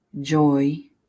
joy